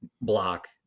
block